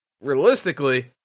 realistically